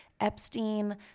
Epstein